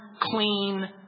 Clean